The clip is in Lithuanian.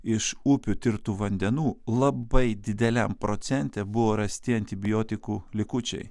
iš upių tirtų vandenų labai dideliam procente buvo rasti antibiotikų likučiai